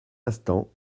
instant